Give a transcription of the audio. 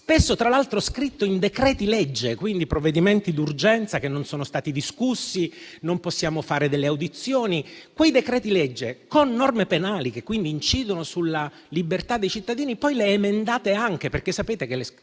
spesso tra l'altro scritti in decreti-legge, quindi in provvedimenti d'urgenza che non sono stati discussi, e per i quali non possiamo fare delle audizioni. Quei decreti-legge recanti norme penali, che quindi incidono sulla libertà dei cittadini, poi li emendate anche, perché sapete che